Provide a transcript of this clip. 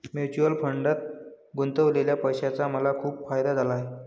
mutual फंडात गुंतवलेल्या पैशाचा मला खूप फायदा झाला आहे